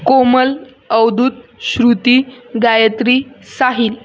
Komal Avdhoot Shruti Gayatri Sahil